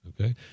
Okay